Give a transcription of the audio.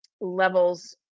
levels